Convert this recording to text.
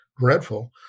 dreadful